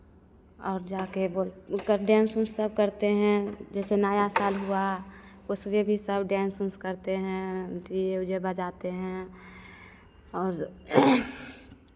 और जाके कर डांस ऊंस सब करते हैं जैसे नया साल हुआ उसमें भी सब डांस ऊंस करते हैं डी जे ओ जे बजाते हैं और